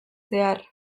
zehar